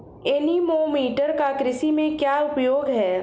Anemometer का कृषि में क्या उपयोग है?